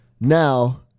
Now